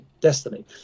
destiny